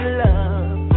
love